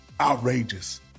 outrageous